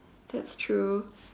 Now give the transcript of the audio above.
that's true